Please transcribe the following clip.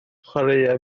chwaraea